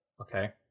Okay